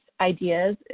ideas